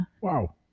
Wow